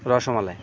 rasmalai